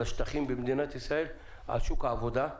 על השטחים במדינת ישראל, על שוק העבודה,